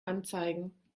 anzeigen